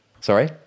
sorry